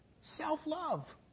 Self-love